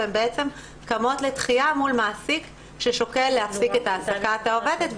והן קמות לתחייה מול מעסיק ששוקל להפסיק את עבודת העובדת,